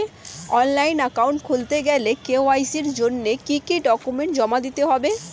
Online account খুলতে গেলে KYC জন্য কি কি ডকুমেন্ট জমা দিতে হবে?